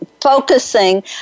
focusing